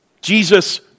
Jesus